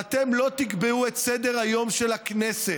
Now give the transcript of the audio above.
ואתם לא תקבעו את סדר-היום של הכנסת.